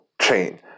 chain